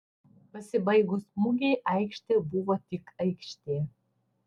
pasibaigus mugei aikštė buvo tik aikštė